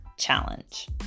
challenge